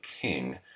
King